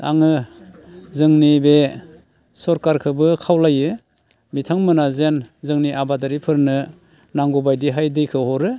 आङो जोंनि बे सोरखारखौबो खावलायो बिथांमोना जेन जोंनि आबादारिफोरनो नांगौबायदिहाय दैखौ हरो